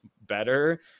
better